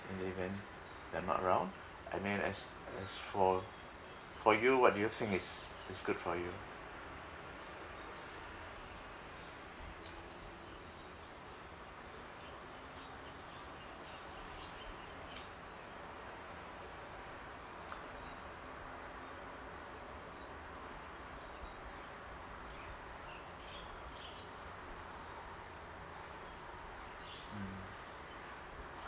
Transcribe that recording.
in the event that I'm not around I mean as as for for you what do you think is good for you mm